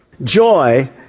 Joy